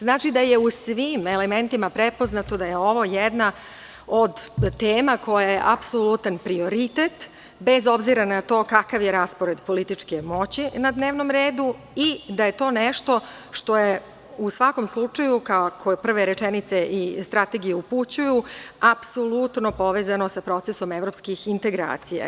Znači, da je u svim elementima prepoznato da je ovo jedna od tema koja je apsolutan prioritet, bez obzira na to kakav je rasporede političke moći na dnevnom redu, kao i da je to nešto što je u svakom slučaju, na šta prve rečenice strategije i upućuju, apsolutno povezano sa procesom evropskih integracija.